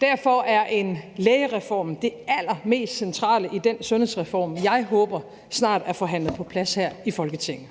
Derfor er en lægereform det allermest centrale i den sundhedsreform, jeg håber snart at forhandle på plads her i Folketinget.